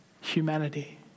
humanity